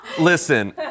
Listen